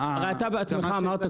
הרי אתה בעצמך אמרת,